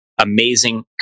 amazing